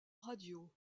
radio